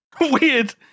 weird